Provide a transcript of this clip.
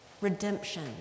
redemption